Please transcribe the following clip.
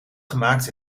gemaakt